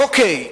אוקיי,